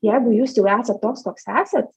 jeigu jūs jau esat toks koks esat